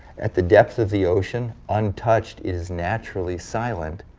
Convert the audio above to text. at the depth of the ocean, untouched, is naturally silent.